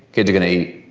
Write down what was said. kids are going to eat.